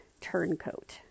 turncoat